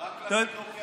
רק לפיד לוקח,